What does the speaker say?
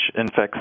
infects